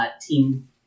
Team